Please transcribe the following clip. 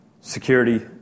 Security